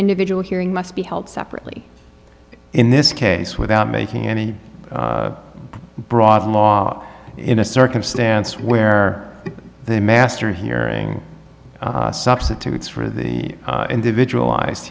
individual hearing must be held separately in this case without making any broad law in a circumstance where they master hearing substitutes for the individualized